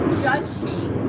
judging